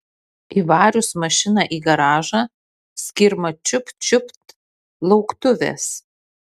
įvarius mašiną į garažą skirma čiupt čiupt lauktuvės